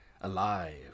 alive